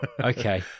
okay